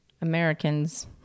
Americans